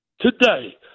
today